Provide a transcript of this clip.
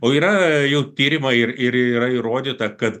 yra tyrimai ir yra įrodyta kad